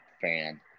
fan